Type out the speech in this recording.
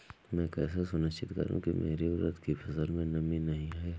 मैं कैसे सुनिश्चित करूँ की मेरी उड़द की फसल में नमी नहीं है?